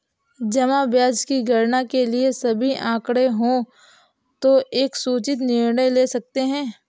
जमा ब्याज की गणना के लिए सभी आंकड़े हों तो एक सूचित निर्णय ले सकते हैं